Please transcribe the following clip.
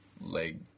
leg